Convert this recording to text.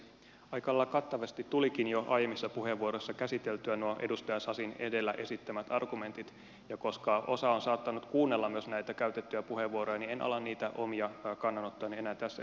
aika lailla kattavasti tulikin jo aiemmissa puheenvuoroissa käsiteltyä nuo edustaja sasin edellä esittämät argumentit ja koska osa on saattanut kuunnella myös näitä käytettyjä puheenvuoroja niin en ala niitä omia kannanottojani enää tässä yhteydessä toistaa